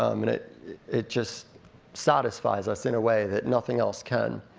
um and it it just satisfies us in a way that nothing else can.